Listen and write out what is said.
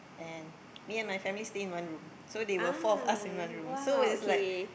and me and my family stay in one room so they were four of us in one room so it's like